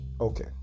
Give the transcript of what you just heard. okay